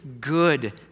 good